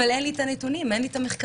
אבל אין לי את הנתונים ואין לי את המחקרים?